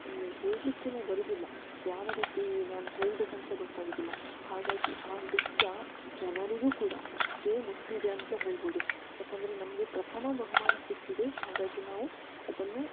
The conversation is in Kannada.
ಹೇಳ್ಲಿಕ್ಕೆ ಬರೋದಿಲ್ಲ ಯಾವ ರೀತಿ ನಾನು ಹೇಳಬೇಕಂತ್ಲೇ ಗೊತ್ತಾಗೋದಿಲ್ಲ ಹಾಗಾಗಿ ಆ ನೃತ್ಯ ಜನರಿಗೂ ಕೂಡ ಅಷ್ಟೇ ಮುಟ್ಟಿದೆ ಅಂತಲೇ ಹೇಳ್ಬೋದು ಯಾಕಂದರೆ ನಮಗೆ ಪ್ರಥಮ ಬಹುಮಾನ ಸಿಕ್ಕಿದೆ ಹಾಗಾಗಿ ನಾವು ಅದನ್ನು